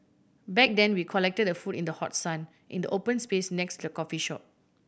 back then we collected the food in the hot sun in the open space next the coffee shop